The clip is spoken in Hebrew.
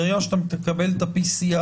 ברגע שאתה מקבל את ה-PCR,